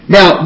Now